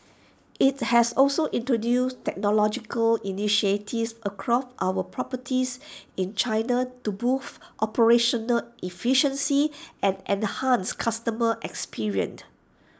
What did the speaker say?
IT has also introduced technological initiatives across our properties in China to boost operational efficiency and enhance customer experienced